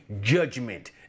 judgment